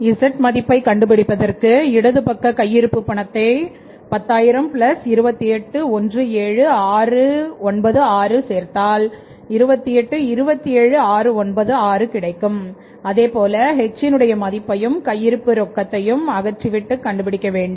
z மதிப்பை கண்டுபிடிப்பதற்கு இடது பக்க கையிருப்பு பணத்தை 100002817696 சேர்த்தால்2827696 கிடைக்கும் அதேபோல h னுடைய மதிப்பையும்கையிருப்பு ரகத்தை அகற்றிவிட்டு கண்டுபிடிக்க வேண்டும்